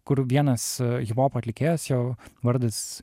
kur vienas hiphopo atlikėjas jo vardas